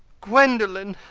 gwendolen.